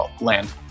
land